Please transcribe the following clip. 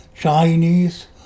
Chinese